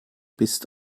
bist